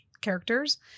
characters